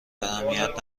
اهمیت